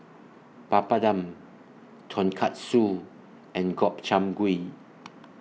Papadum Tonkatsu and Gobchang Gui